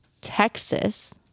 Texas